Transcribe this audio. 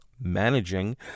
managing